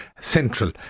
central